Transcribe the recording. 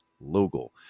logo